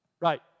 Right